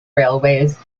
railways